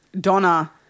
Donna